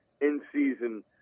in-season